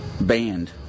banned